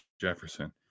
Jefferson